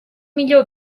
millor